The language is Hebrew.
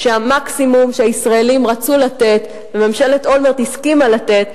שהמקסימום שהישראלים רצו לתת וממשלת אולמרט הסכימה לתת,